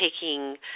taking